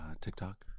tiktok